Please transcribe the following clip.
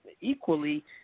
equally